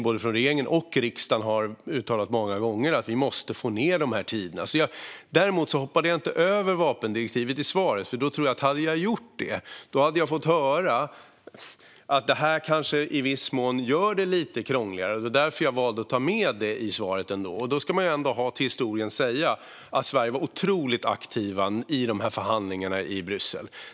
Både regeringen och riksdagen har många gånger uttalat att vi måste få ned ledtiderna. Däremot hoppade jag inte över vapendirektivet i svaret, för om jag hade gjort det tror jag att hade fått höra att det här i viss mån kanske gör det lite krångligare. Det var därför jag valde att ändå ta med det i svaret. Från Sveriges sida var vi otroligt aktiva i förhandlingarna i Bryssel.